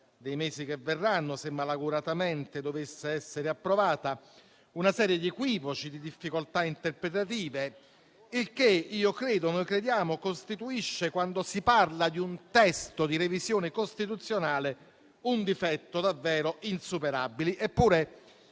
dei mesi che verranno, se malauguratamente dovesse essere approvata - una serie di equivoci, di difficoltà interpretative e io credo, noi crediamo, che ciò costituisca, quando si parla di un testo di revisione costituzionale, un difetto davvero insuperabile. Eppure